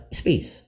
space